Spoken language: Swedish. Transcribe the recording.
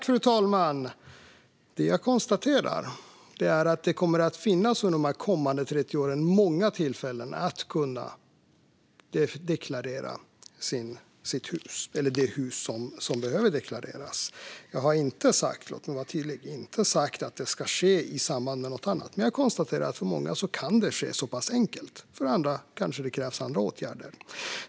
Fru talman! Jag konstaterar att det under de kommande 30 åren kommer att finnas många tillfällen att deklarera det hus som behöver deklareras. Jag har inte sagt - låt mig vara tydlig med det - att det ska ske i samband med någonting annat. Men jag konstaterar att det för många kan ske enkelt. För andra kanske det krävs andra åtgärder.